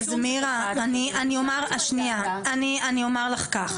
אז מירה אני אומר לך כך,